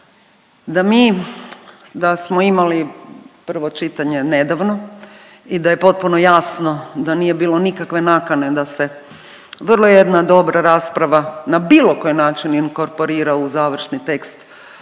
da mi, da smo imali prvo čitanje nedavno i da je potpuno jasno da nije bilo nikakve nakane da se vrlo jedna dobra rasprava na bilo koji način inkorporira u završni tekst